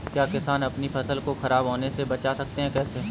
क्या किसान अपनी फसल को खराब होने बचा सकते हैं कैसे?